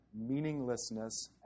meaninglessness